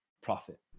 profit